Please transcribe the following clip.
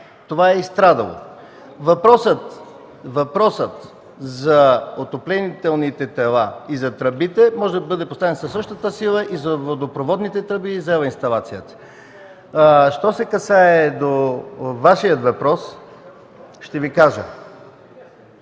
това е изстрадано. Въпросът за отоплителните тела и за тръбите може да бъде поставен със същата сила и за водопроводните тръби, и за електрическата инсталация. Що се касае до Вашия въпрос, ще Ви кажа